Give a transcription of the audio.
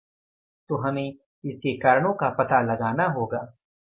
तो हमें इसके कारणों का पता लगाना होगा